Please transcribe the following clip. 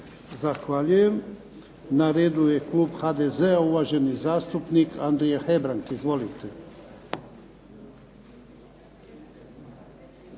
Zahvaljujem. Na redu je klub HDZ-a, uvaženi zastupnik Andrija Hebrang. Izvolite.